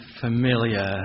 familiar